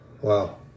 wow